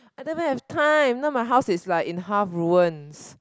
I don't even have time now my house is like in half ruins